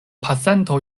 pasanto